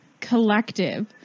collective